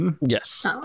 Yes